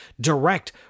direct